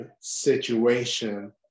situation